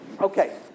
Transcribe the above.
Okay